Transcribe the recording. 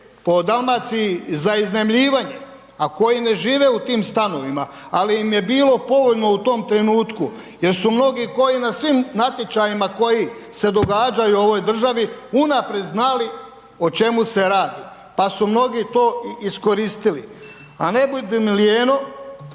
po Dalmaciji za iznajmljivanje a koji ne žive u tim stanovima ali im je bilo povoljno u tom trenutku jer su mnogi koji na svim natječajima koji se događaju u ovoj državi unaprijed znali o čemu se radi pa su mnogi to i iskoristili. A ne budi mi lijeno,